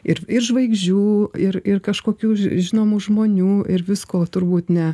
ir ir žvaigždžių ir ir kažkokių žinomų žmonių ir visko turbūt ne